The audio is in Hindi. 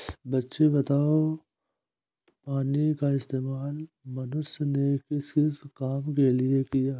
बच्चे बताओ पानी का इस्तेमाल मनुष्य ने किस किस काम के लिए किया?